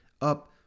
up